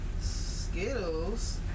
Skittles